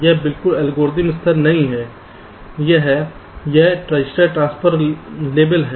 यह बिल्कुल एल्गोरिथम स्तर नहीं है यह है यह रजिस्टर ट्रांसफर लेवल है